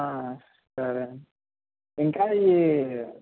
సరే ఇంకా ఇవి